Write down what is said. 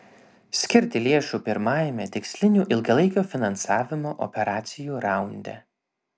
skirti lėšų pirmajame tikslinių ilgalaikio finansavimo operacijų raunde